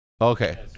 Okay